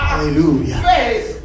hallelujah